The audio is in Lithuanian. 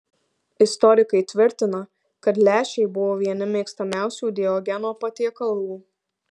istorikai tvirtina kad lęšiai buvo vieni mėgstamiausių diogeno patiekalų